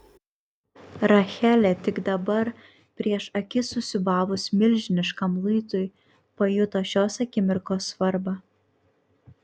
rachelė tik dabar prieš akis susiūbavus milžiniškam luitui pajuto šios akimirkos svarbą